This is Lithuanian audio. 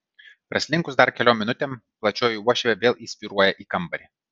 praslinkus dar keliom minutėm plačioji uošvė vėl įsvyruoja į kambarį